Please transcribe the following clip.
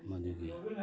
ꯃꯗꯨꯒꯤ